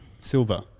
Silver